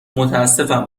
متاسفم